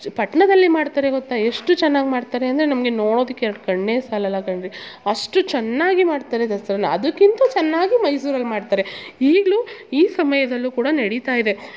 ಪಟ್ಟಣದಲ್ಲಿ ಮಾಡ್ತಾರೆ ಗೊತ್ತ ಎಷ್ಟು ಚೆನ್ನಾಗಿ ಮಾಡ್ತಾರೆ ಅಂದರೆ ನಮಗೆ ನೋಡೊದಿಕ್ಕೆ ಎರಡು ಕಣ್ಣೇ ಸಾಲೋಲ್ಲ ಕಣ್ರಿ ಅಷ್ಟು ಚೆನ್ನಾಗಿ ಮಾಡ್ತಾರೆ ದಸರನ್ನ ಅದಕ್ಕಿಂತ್ಲು ಚೆನ್ನಾಗಿ ಮೈಸೂರಲ್ಲಿ ಮಾಡ್ತಾರೆ ಈಗಲು ಈ ಸಮಯದಲ್ಲು ಕೂಡ ನಡಿತಾಯಿದೆ